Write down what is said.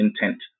intent